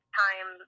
time